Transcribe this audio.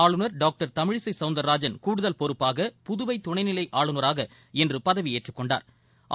ஆளுநர் டாக்டர் தமிழிசை சௌந்தர்ராஜன் கூடுதல் பொறுப்பாக புதுவை தெலங்கானா துணைநிலை ஆளுநராக இன்று பதவியேற்றுக் கொண்டாா்